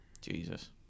Jesus